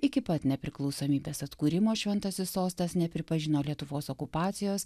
iki pat nepriklausomybės atkūrimo šventasis sostas nepripažino lietuvos okupacijos